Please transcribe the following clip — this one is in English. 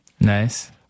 Nice